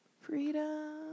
Freedom